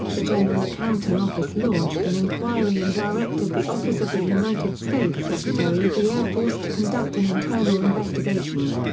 the general accounting office launched an inquiry and directed the office of the united states secretary of the air force to conduct an internal investigation.